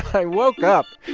i woke up,